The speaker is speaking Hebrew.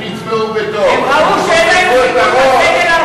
הם ראו שאין להם סיכוי.